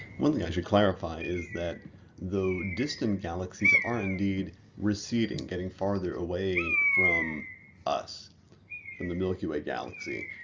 one thing i should clarify is that the distant galaxies are indeed receding, getting farther away from us in the milky way galaxy.